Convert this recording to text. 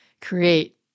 create